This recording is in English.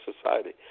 society